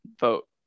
vote